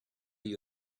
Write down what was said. you